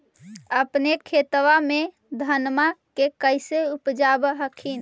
अपने खेतबा मे धन्मा के कैसे उपजाब हखिन?